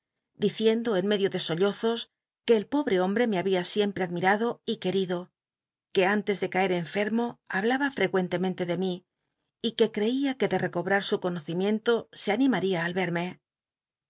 diciendo en medio de sollows que el pobe hom bre me babia siempre admirado y querido que antes de caer enfermo hablaba f ccucn tcmcnlc de mi y que creía que de ccobrar su conocimiento se animaría al verme